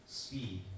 speed